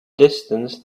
distance